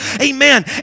Amen